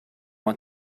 want